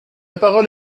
parole